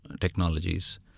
technologies